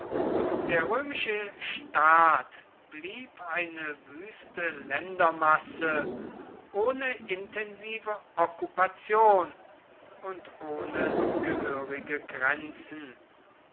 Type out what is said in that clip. der römische staat blieb eine wüste ländermasse ohne intensive okkupation und ohne gehörige grenzen